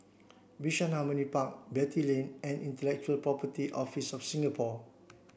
Bishan Harmony Park Beatty Lane and Intellectual Property Office of Singapore